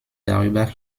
darüber